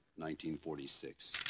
1946